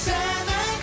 Santa